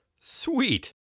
Sweet